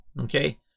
Okay